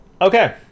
Okay